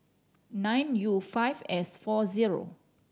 nine U five S four zero